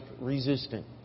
resistant